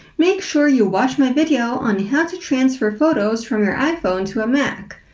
make sure you watch my video on how to transfer photos from your iphone to a mac.